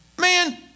Man